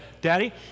Daddy